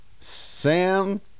sam